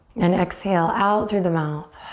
and exhale out through the mouth.